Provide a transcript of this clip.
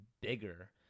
bigger